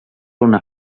una